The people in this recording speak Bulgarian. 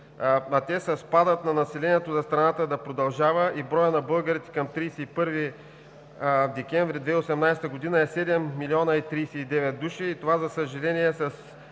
а те са: спадът на населението за страната продължава и броят на българите към 31 декември 2018 г. е 7 млн. 039 души.